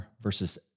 versus